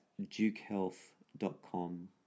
Dukehealth.com